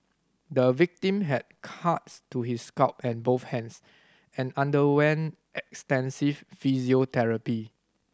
the victim had cuts to his scalp and both hands and underwent extensive physiotherapy